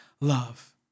love